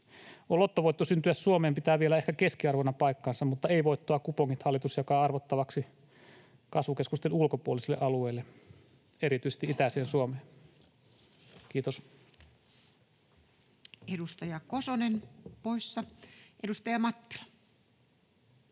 lottovoitto syntyä Suomeen pitää vielä ehkä keskiarvona paikkansa, mutta ei voittoa -kupongit hallitus jakaa arvottavaksi kasvukeskusten ulkopuolisille alueille, erityisesti itäiseen Suomeen. — Kiitos. Edustaja Kosonen, poissa. — Edustaja Mattila.